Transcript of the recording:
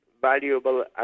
valuable